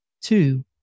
two